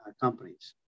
companies